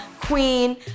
queen